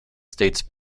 states